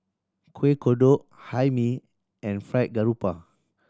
Kueh Kodok Hae Mee and Fried Garoupa